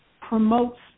promotes